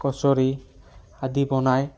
কছুৰী আদি বনায়